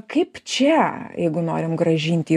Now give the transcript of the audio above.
kaip čia jeigu norim grąžinti